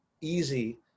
easy